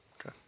Okay